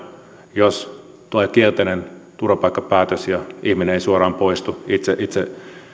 jos tulee kielteinen turvapaikkapäätös ja ihminen ei suoraan poistu itse itse